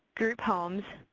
group homes,